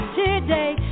today